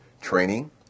training